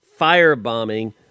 firebombing